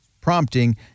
prompting